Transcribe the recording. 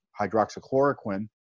hydroxychloroquine